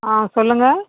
ஆ சொல்லுங்கள்